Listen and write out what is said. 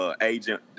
Agent